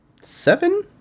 seven